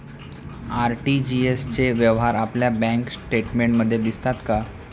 RTGS चे व्यवहार आपल्या बँक स्टेटमेंटमध्ये दिसतात का?